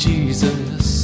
Jesus